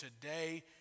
today